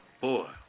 Boy